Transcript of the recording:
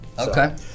Okay